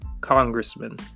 Congressman